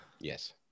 yes